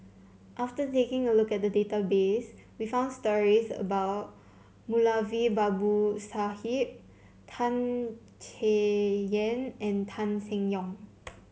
after taking a look at the database we found stories about Moulavi Babu Sahib Tan Chay Yan and Tan Seng Yong